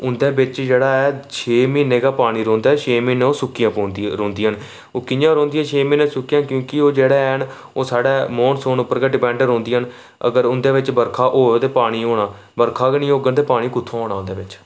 उं'दै बिच्च जेह्ड़ा ऐ छे म्हीने गै पानी रौंह्दा ऐ छे म्हीने ओह् सुक्की पौंदियां रौंह्दियां न ओह् कि'यां रौंह्दियां छे म्हीने सुक्कियां क्योंकि ओह् जेह्ड़ा हैन ओह् साढ़ै मौनसून उप्पर गै डपैंड रौंह्दियां न अगर उंदे बिच्च बरखा होग ते पानी होना बरखा गै नेईं होङन ते पानी कुत्थूं औना उं'दे च